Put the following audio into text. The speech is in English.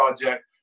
project